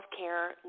healthcare